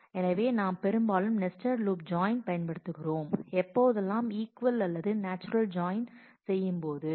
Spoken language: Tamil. எனவே நாம் பெரும்பாலும் நெஸ்ட்டேட் லூப் ஜாயின் பயன்படுத்துகிறோம் எப்போதெல்லாம் இக்வல் அல்லது நாச்சுரல் ஜாயின் செய்யும் போது